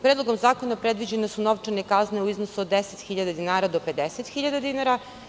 Predlogom zakona predviđene su novčane kazne u iznosu od 10.000 dinara do 50.000 dinara.